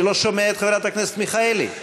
אני לא שומע את חברת הכנסת מיכאלי,